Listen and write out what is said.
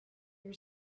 your